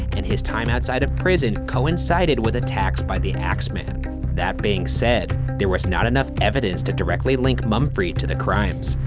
and his time outside of prison coincided with attacks by the axeman. that being said, there was not enough evidence to directly link mumfre to the crimes.